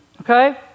okay